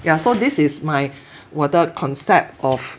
yeah so this is my 我的 concept of